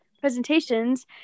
presentations